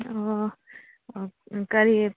ꯑꯣ ꯑꯣ ꯀꯔꯤ